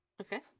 Okay